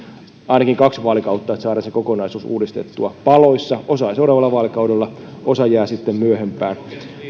ainakin kaksi vaalikautta että saadaan se kokonaisuus uudistettua paloissa osa seuraavalla vaalikaudella osa jää sitten myöhempään